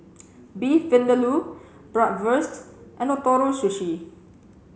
Beef Vindaloo Bratwurst and Ootoro Sushi